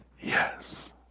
Yes